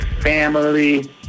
family